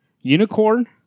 Unicorn